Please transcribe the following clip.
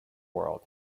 world